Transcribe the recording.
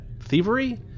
thievery